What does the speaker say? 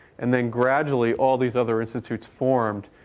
and then gradually, all these other institutes formed,